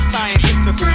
Scientific